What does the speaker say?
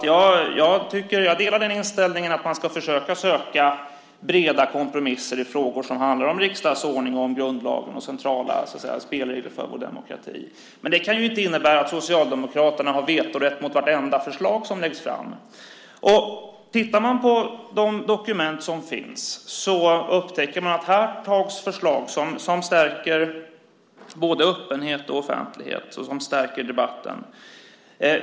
Jag delar inställningen att man ska försöka söka breda kompromisser i frågor som handlar om riksdagsordningen, grundlagen och centrala spelregler för vår demokrati. Men det kan inte innebära att Socialdemokraterna har vetorätt när det gäller vartenda förslag som läggs fram. Tittar man på de dokument som finns upptäcker man att här tas förslag som både stärker öppenheten och offentligheten och stärker debatten.